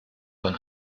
von